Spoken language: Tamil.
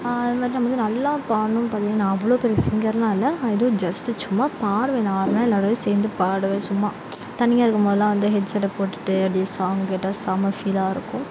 அது மாதிரி நம்ம வந்து நல்லா பாட்ணுன்னு பார்த்தீங்கன்னா நான் அவ்வளோ பெரிய சிங்கர்லாம் இல்லை அது ஏதோ ஜஸ்ட்டு சும்மா பாடுவேன் நார்மலாக எல்லாரோடயும் சேர்ந்து பாடுவேன் சும்மா தனியாக இருக்கும் போதுலாம் வந்து ஹெட்செட்டை போட்டுகிட்டு அப்படியே சாங் கேட்டால் செம்ம ஃபீலாக இருக்கும்